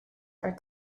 are